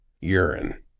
urine